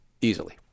easily